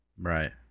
Right